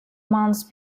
months